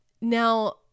now